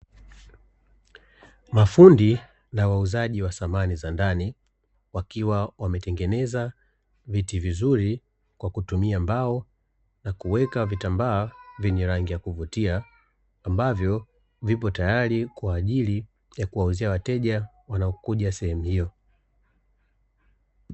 Mafundi na wauzaji wa samani za ndani wakiwa wametengeneza viti vizuri kwa kutumia mbao na kuweka vitambaaa vyenye rangi ya kuvutia, ambavyo vipo tayari kwa ajili ya kuwauzia wateja wanaokuja sehemu hiyo.